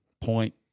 point